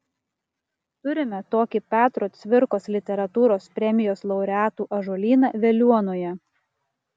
turime tokį petro cvirkos literatūros premijos laureatų ąžuolyną veliuonoje